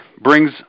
brings